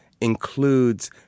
includes